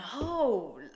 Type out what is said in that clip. no